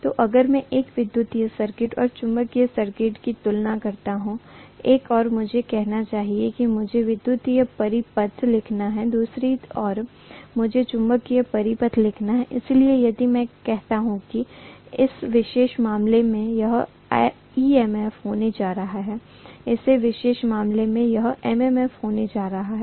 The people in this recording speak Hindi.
तो अगर मैं एक विद्युत सर्किट और चुंबकीय सर्किट की तुलना करता हूं एक ओर मुझे कहना चाहिए कि मुझे विद्युत परिपथ लिखना है दूसरी ओर मुझे चुम्बकीय परिपथ लिखना है इसलिए यदि मैं कहता हूं कि इस विशेष मामले में यह EMF होने जा रहा है इस विशेष मामले में यह MMF होने जा रहा है